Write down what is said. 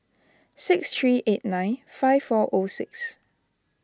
six three eight nine five four O six